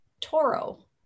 Toro